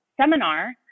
seminar